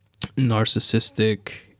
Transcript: narcissistic